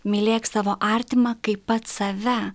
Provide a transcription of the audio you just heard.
mylėk savo artimą kaip pats save